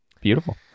Beautiful